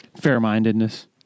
Fair-mindedness